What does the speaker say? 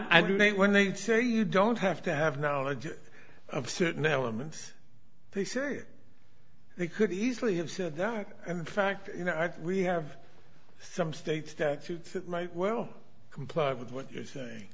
knew they when they say you don't have to have knowledge of certain elements they said they could easily have said that and in fact you know we have some state statutes that might well comply with what you say